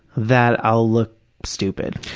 that i'll look stupid.